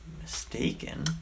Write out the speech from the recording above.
mistaken